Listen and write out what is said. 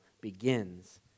begins